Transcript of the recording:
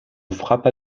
frappa